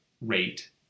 rate